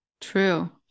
True